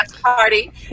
party